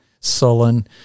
sullen